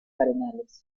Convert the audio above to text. arenales